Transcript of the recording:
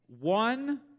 one